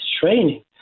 training